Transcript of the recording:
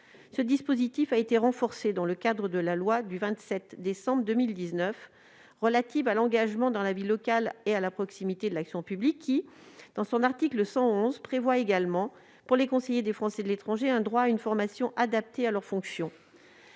Ce dispositif a été renforcé dans le cadre de la loi du 27 décembre 2019 relative à l'engagement dans la vie locale et à la proximité de l'action publique, qui, dans son article 111, prévoit également pour les conseillers des Français de l'étranger un droit à une formation adaptée à leurs fonctions.